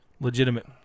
legitimate